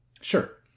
Sure